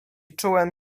czułem